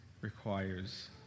requires